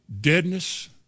deadness